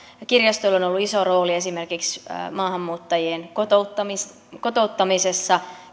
ja kirjastoilla on ollut iso rooli esimerkiksi maahanmuuttajien kotouttamisessa kotouttamisessa